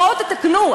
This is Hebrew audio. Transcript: בואו תתקנו,